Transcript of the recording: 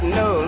no